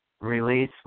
release